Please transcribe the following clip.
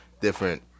different